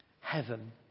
Heaven